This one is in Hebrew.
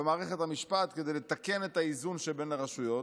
במערכת המשפט כדי לתקן את האיזון שבין הרשויות,